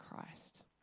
Christ